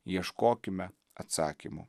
ieškokime atsakymų